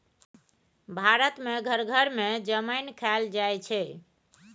भारत मे घर घर मे जमैन खाएल जाइ छै